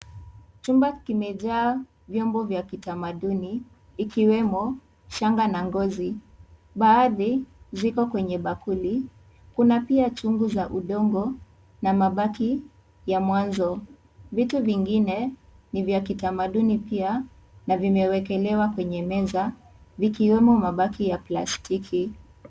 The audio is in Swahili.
Chumba kimejaa vyombo vya kitaalamu shanga na ngozi. Baadhi ziko kwenye bakuli. Kuna pia chungu za udongo na mabaki ya mwanzo. Vitu vingine ni vya kitamaduni pia na vimewekelewa kwenye meza, vikiwemo mabaki ya plastiki.